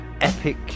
epic